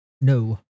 No